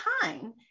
time